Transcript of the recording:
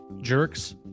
Jerks